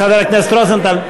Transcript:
חבר הכנסת רוזנטל.